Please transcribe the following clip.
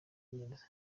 neza